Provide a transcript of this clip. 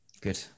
Good